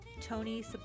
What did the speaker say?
Tony